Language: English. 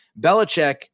Belichick